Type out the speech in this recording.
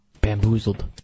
Bamboozled